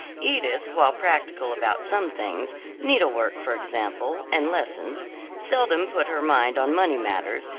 edith, while practical about some things needlework for example, and lessons seldom put her mind on money matters,